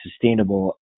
sustainable